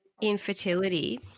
infertility